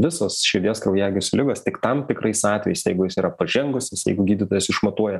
visos širdies kraujagyslių ligos tik tam tikrais atvejais jeigu jos yra pažengusios jeigu gydytojas išmatuoja